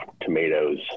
tomatoes